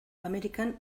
amerikan